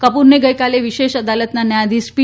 કપૂરને ગઈકાલે વિશેષ અદાલતના ન્યાયાધીશ પી